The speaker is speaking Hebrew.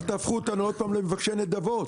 אל תהפכו אותנו עוד פעם למבקשי נדבות.